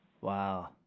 Wow